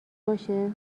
باشه